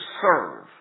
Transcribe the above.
serve